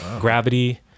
Gravity